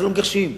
לא מגרשים.